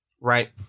right